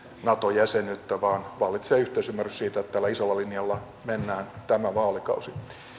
nato jäsenyyttä vaan vallitsee yhteisymmärrys siitä että tällä isolla linjalla mennään tämä vaalikausi